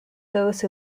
those